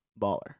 baller